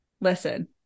Listen